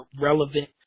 relevant